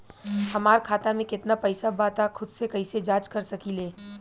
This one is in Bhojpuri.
हमार खाता में केतना पइसा बा त खुद से कइसे जाँच कर सकी ले?